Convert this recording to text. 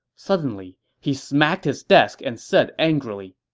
suddenly, he smacked his desk and said angrily,